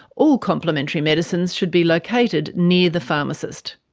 all complementary medicines should be located near the pharmacist.